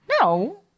No